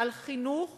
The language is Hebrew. על חינוך